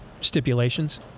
stipulations